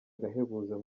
agahebuzo